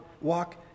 walk